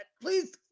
please